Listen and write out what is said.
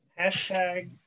Hashtag